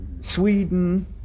Sweden